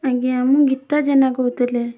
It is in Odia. ଆଜ୍ଞା ମୁଁ ଗୀତା ଜେନା କହୁଥିଲି